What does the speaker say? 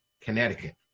Connecticut